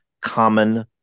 common